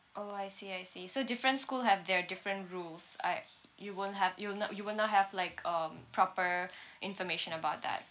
orh I see I see so different school have their different rules I you won't have you will not you will not have like um proper information about that